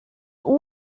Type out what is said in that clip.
all